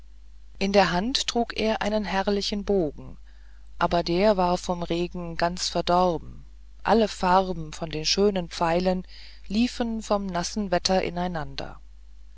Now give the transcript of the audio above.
in der hand trug er einen herrlichen bogen aber der war vom regen ganz verdorben alle farben von den schönen pfeilen liefen vom nassen wetter in